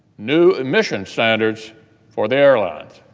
new emissions standards for the airlines.